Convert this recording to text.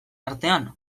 artean